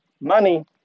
Money